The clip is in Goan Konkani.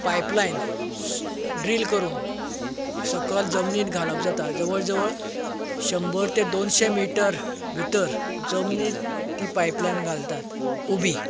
पायपलायन ड्रील करून सकयल जमनीर घालप जाता जवळजवळ शंबर ते दोनशे मीटर भितर जमनींत ती पायपलायन घालतात उबी